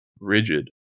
rigid